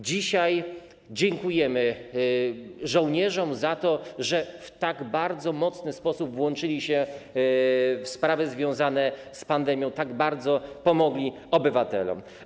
Dzisiaj dziękujemy żołnierzom za to, że tak bardzo mocno włączyli się w sprawy związane z pandemią, tak bardzo pomogli obywatelom.